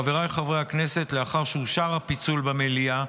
חבריי חברי הכנסת, לאחר שאושר הפיצול במליאה,